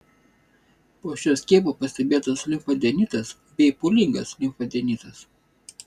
po šio skiepo pastebėtas limfadenitas bei pūlingas limfadenitas